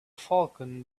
falcon